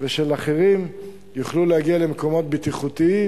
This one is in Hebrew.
ושל אחרים יוכלו להגיע למקומות בטיחותיים.